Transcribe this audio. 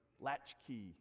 latchkey